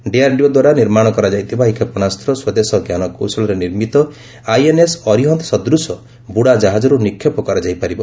DRDO ଦ୍ୱାରା ନିର୍ମାଣ କରାଯାଇଥିବା ଏହି କ୍ଷେପଣାସ୍ତ୍ ସ୍ପଦେଶ ଜ୍ଞାନକୌଶଳରେ ନିର୍ମିତ ଆଇଏନ୍ଏସ୍ ଅରିହନ୍ତ ସଦୂଶ ବୁଡ଼ାଜହାଜରୁ ନିକ୍ଷେପ କରାଯାଇ ପାରିବ